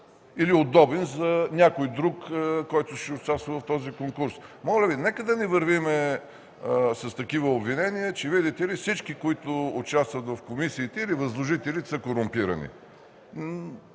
или удобен за някой друг, който ще участва в този конкурс. Моля Ви, нека не вървим с такива обвинения, че, видите ли, всички, които участват в комисиите, или възложителите са корумпирани.